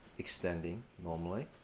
extending normally.